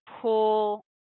pull